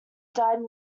died